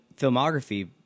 filmography